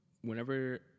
whenever